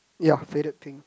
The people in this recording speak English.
ya faded thing